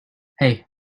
hey